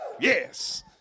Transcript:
Yes